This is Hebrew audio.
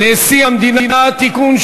נשיא המדינה (תיקון,